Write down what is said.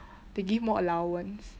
they give more allowance